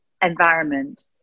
environment